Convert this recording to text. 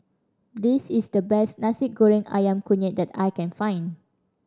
this is the best Nasi Goreng Ayam Kunyit that I can find